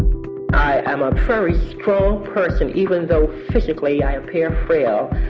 i am a very strong person, even though physically, i appear frail.